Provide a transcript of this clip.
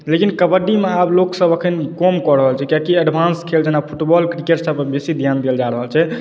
लेकिन कबड्डी मे आब लोकसब अखन कम कऽ रहल छै किएकि एडवांस खेल जेना फुटबॉल क्रिकेट सब पर बेसी ध्यान देल जा रहल छै